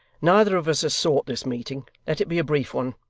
neither of us has sought this meeting. let it be a brief one.